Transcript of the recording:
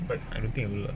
but I don't think I will lah